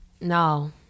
No